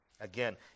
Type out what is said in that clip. Again